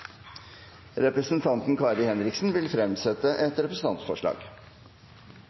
Representanten Kari Henriksen vil fremsette et representantforslag.